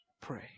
pray